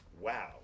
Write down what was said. wow